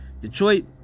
Detroit